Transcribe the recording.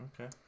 Okay